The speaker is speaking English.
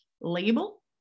label